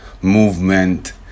movement